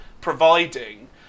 providing